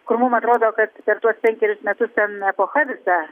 kur mum atrodo kad per tuos penkeris metus ten epocha visa